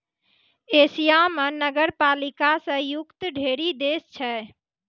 Asia म नगरपालिका स युक्त ढ़ेरी देश छै